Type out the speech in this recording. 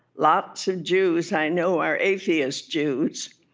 lots of jews i know are atheist jews